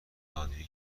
نادونی